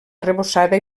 arrebossada